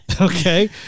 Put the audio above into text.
Okay